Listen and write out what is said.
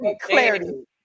clarity